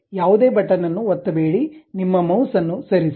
ಯಾವುದೇ ಬಟನ್ ಅನ್ನು ಒತ್ತಬೇಡಿ ನಿಮ್ಮ ಮೌಸ್ ಅನ್ನು ಸರಿಸಿ